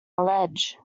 ledge